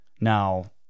Now